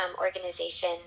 organization